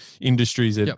industries